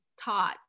taught